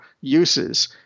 uses